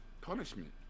punishment